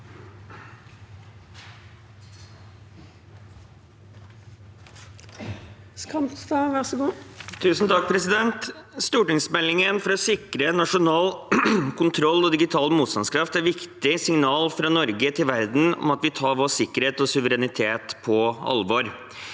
(Sp) Stortingsmel- dingen for å sikre nasjonal kontroll og digital motstandskraft er et viktig signal fra Norge til verden om at vi tar vår sikkerhet og suverenitet på alvor.